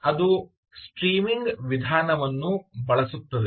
ಅದು ಸ್ಟ್ರೀಮಿಂಗ್ ವಿಧಾನ ಅನ್ನು ಬಳಸುತ್ತದೆ